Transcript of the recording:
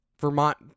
Vermont